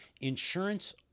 insurance